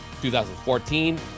2014